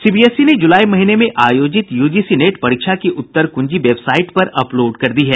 CBSE ने जुलाई महीने में आयोजित यूजीसी नेट परीक्षा की उत्तर कुंजी वेबसाईट पर अपलोड कर दी है